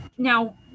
Now